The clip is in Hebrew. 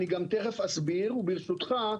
ברשותך,